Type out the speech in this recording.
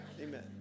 Amen